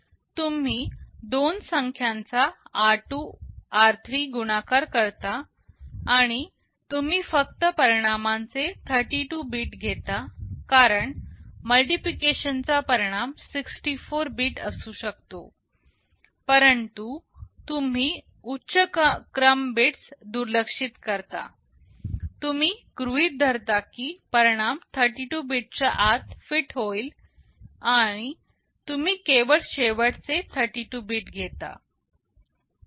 तुम्ही दोन संख्यांचा r2r3 गुणाकार करता आणि तुम्ही फक्त परिणामाचे 32 बीट घेता कारण मल्टिप्लिकेशनचा परिणाम 64 बीट असू शकतो परंतु तुम्ही उच्च क्रम बिट्स दुर्लक्षित करता तुम्ही गृहित धरता की परिणाम 32 बीट च्या आत फिट होईल आणि तुम्ही केवळ शेवटचे 32 बीट घेता